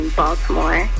baltimore